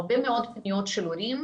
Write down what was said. הרבה מאוד פניות של הורים.